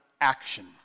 action